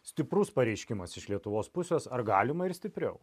stiprus pareiškimas iš lietuvos pusės ar galima ir stipriau